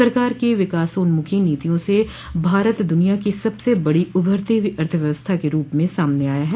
सरकार की विकासोन्मुखी नीतियों से भारत दुनिया की सबसे बड़ी उभरती हुई अर्थव्यवस्था के रूप में सामने आया है